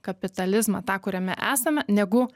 kapitalizmą tą kuriame esame negu